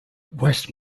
west